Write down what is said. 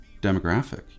demographic